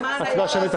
אז מה נעשה?